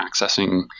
accessing